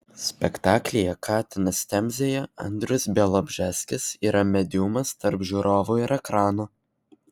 spektaklyje katinas temzėje andrius bialobžeskis yra mediumas tarp žiūrovų ir ekrano